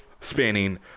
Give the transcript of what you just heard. spanning